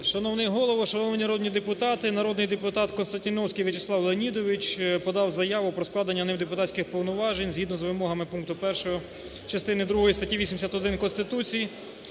Шановний Голово, шановні народні депутати, народний депутат Константіновський Вячеслав Леонідович подав заяву про складення ним депутатських повноважень згідно з вимогами пункту 1 частини другої статті 81 Конституції